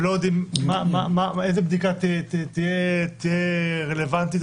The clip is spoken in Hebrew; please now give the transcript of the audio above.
ולא יודעים איזה בדיקה תהיה רלוונטית.